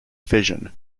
fission